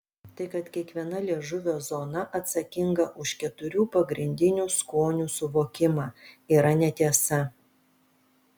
tai kad kiekviena liežuvio zona atsakinga už keturių pagrindinių skonių suvokimą yra netiesa